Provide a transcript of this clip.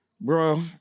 Bro